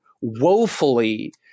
woefully